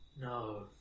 No